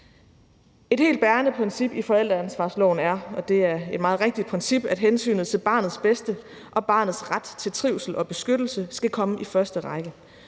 Et helt bærende princip i forældreansvarsloven er, og det er et meget rigtigt princip, at hensynet til barnets bedste og barnets ret til trivsel og beskyttelse skal komme i første række.